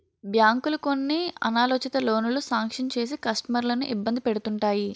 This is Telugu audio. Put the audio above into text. బ్యాంకులు కొన్ని అనాలోచిత లోనులు శాంక్షన్ చేసి కస్టమర్లను ఇబ్బంది పెడుతుంటాయి